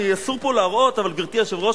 אסור פה להראות, אבל גברתי היושבת-ראש,